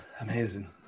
Amazing